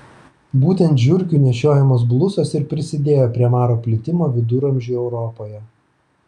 būtent žiurkių nešiojamos blusos ir prisidėjo prie maro plitimo viduramžių europoje